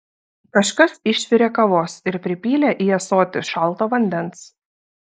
kažkas išvirė kavos ir pripylė į ąsotį šalto vandens